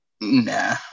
nah